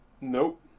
Nope